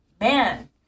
man